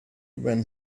when